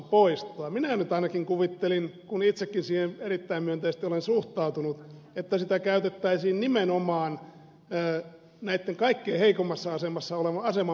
minä nyt ainakin kuvittelin kun itsekin siihen erittäin myönteisesti olen suhtautunut että sitä käytettäisiin nimenomaan näitten kaikkein heikoimmassa asemassa olevien aseman parantamiseen